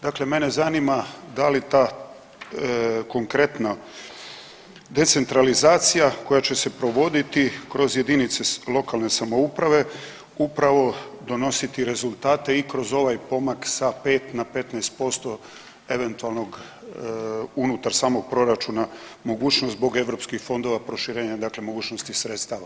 Dakle, mene zanima da li ta konkretna decentralizacija koja će se provoditi kroz jedinice lokalne samouprave upravo donositi rezultate i kroz ovaj pomak sa 5 na 15% eventualnog unutar samog proračuna mogućnost zbog europskih fondova proširenja, dakle mogućnosti sredstava.